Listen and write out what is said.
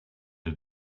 had